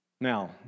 Now